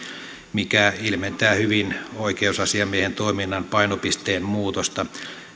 mikä ilmentää hyvin oikeusasiamiehen toiminnan painopisteen muutosta